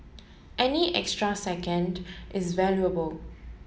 any extra second is valuable